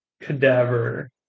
cadaver